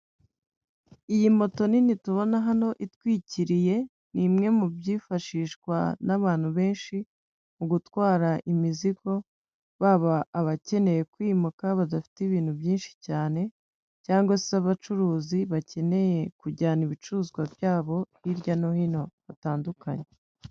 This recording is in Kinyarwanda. Iyi moto nini tubona hano itwikiriye, ni imwe mu byifashishwa n'abantu benshi mu gutwara imizigo, baba abakeneye kwimuka badafite ibintu byinshi cyane cyangwa se abacuruzi bakeneye kujyana ibicuruzwa byabo hirya no hino batandukanye.